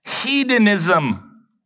Hedonism